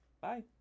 bye